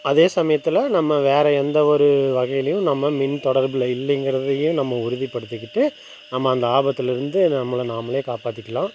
அதே சமயத்தில் நம்ம வேறு எந்த ஒரு வகையிலையும் நம்ம மின் தொடர்பில் இல்லைங்கிறதையும் நம்ம உறுதிப்படுத்திக்கிட்டு நம்ம அந்த ஆபத்துலருந்து நம்மளை நாமளே காப்பாற்றிக்கலாம்